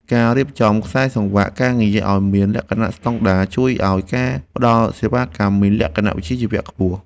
ការរៀបចំខ្សែសង្វាក់ការងារឱ្យមានលក្ខណៈស្តង់ដារជួយឱ្យការផ្ដល់សេវាកម្មមានលក្ខណៈវិជ្ជាជីវៈខ្ពស់។